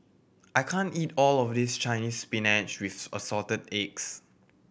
I can't eat all of this Chinese Spinach with Assorted Eggs